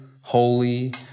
holy